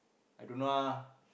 I don't know ah